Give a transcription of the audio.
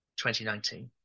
2019